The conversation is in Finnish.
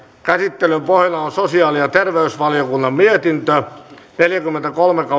käsittelyn pohjana on sosiaali ja terveysvaliokunnan mietintö neljäkymmentäkolme